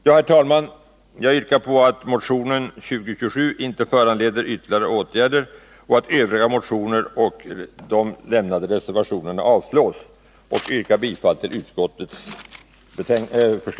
Jag yrkar bifall till utskottets hemställan, vilket innebär att motionen 2027 inte föranleder ytterligare åtgärder samt att övriga motioner och avlämnade reservationer avslås.